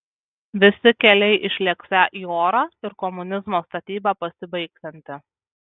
visi keliai išlėksią į orą ir komunizmo statyba pasibaigsianti